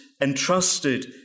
entrusted